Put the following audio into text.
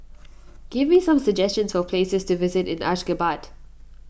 give me some suggestions for places to visit in Ashgabat